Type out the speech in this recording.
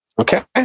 Okay